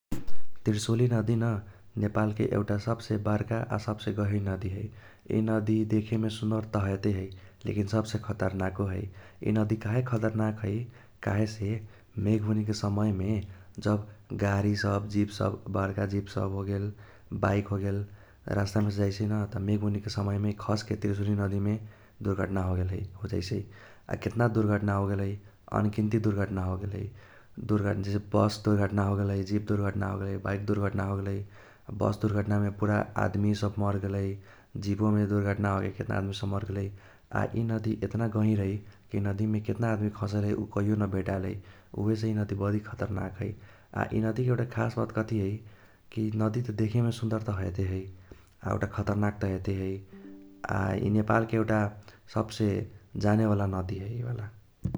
त्रिशूली नदी न नेपालके एउटा सबसे बार्का आ सबसे गहीर नदी है। इ नदी देखेमे सुंदर त हैते है लेकिन सबसे खतरनाको है । इ नदी काहे खतरनाक है काहेसे मेघ बुनीके समयमे जब गारी सब जीप सब बर्का जीप सब होगेल बाइक होगेल रास्तामेसे जाईसै न त मेघ बुनीके समयमे खासके त्रिशूली नदीमे होगेल है होजाइसै। आ केतना दुर्घटना होगेल है अंगिनती दुर्घटना होगेल है। जैसे बस दुर्घटना होगेलै जीप दुर्घटना होगेलै बाइक दुर्घटना होगेलै बस दुर्घटनामे पूरा आदमी सब मर्गेलै। जीपोमे दुर्घटना होके केतन आदमी सब मार्गेलै। आ इ नदी एतना गहीर है कि नदीमे केतन अदमी सब खसल है उ कहियो न भेटाएल है। उहेसे इ नदी बरी खतरनाक है। आ इ नदीके एउटा खास बात कथी है कि इ नदी देखेमे सुंदर त हैते है आ एउटा खतरनाक त हैते है आ इ नेपालके एउटा सबसे जानेवाला नदी है उहेला।